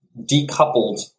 decoupled